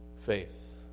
faith